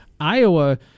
Iowa